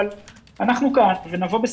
נבוא,